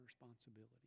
responsibility